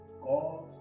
God